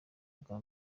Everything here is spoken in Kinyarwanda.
bwa